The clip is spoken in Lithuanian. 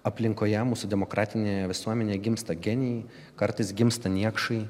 aplinkoje mūsų demokratinėje visuomenėje gimsta genijai kartais gimsta niekšai